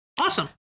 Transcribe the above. Awesome